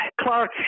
Clark